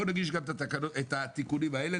בואו נגיש גם את התיקונים האלה,